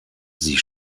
sie